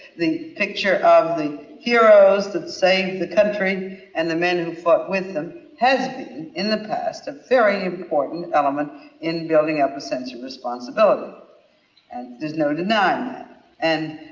the picture of the heroes who saved the country and the men who fought with them has in the past a very important element in building up a sense of responsibility and there's no denying and